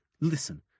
listen